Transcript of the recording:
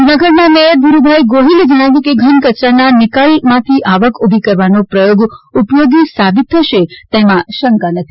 જુનાગઢના મેયર ધીરુભાઈ ગોહિલે જણાવ્યુ છે કે ઘન કચરાના નિકાલ માથી આવક ઉભી કરવાનો પ્રયોગ ઉપયોગી સાબિત થશે તેમાં શંકા નથી